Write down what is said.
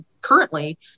currently